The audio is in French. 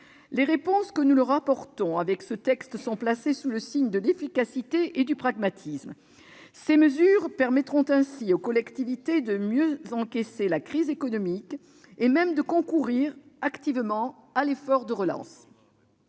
Les réponses que nous leur apportons avec ce texte sont placées sous le signe de l'efficacité et du pragmatisme. Ces mesures permettront ainsi aux collectivités de mieux encaisser la crise économique et même de concourir activement à l'effort de relance.